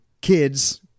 kids